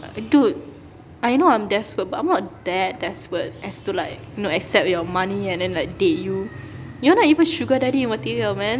dude I know I'm desperate but I'm not that desperate as to like know accept your money and then like date you you are not even sugar daddy material man